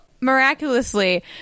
miraculously